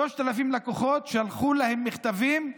3,000 לקוחות, שלחו להם מכתבים: